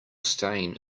staying